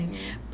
hmm